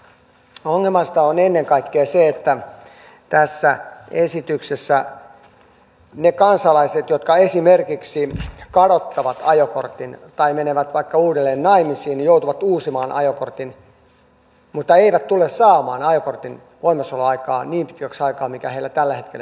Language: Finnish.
ongelmallista on ennen kaikkea se että tässä esityksessä ne kansalaiset jotka esimerkiksi kadottavat ajokortin tai menevät vaikka uudelleen naimisiin joutuvat uusimaan ajokortin mutta eivät tule saamaan ajokortin voimassaoloaikaa niin pitkäksi aikaa kuin mitä heillä esimerkiksi tällä hetkellä on